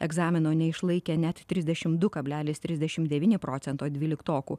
egzamino neišlaikė net trisdešim du kablelis trisdešim devyni procento dvyliktokų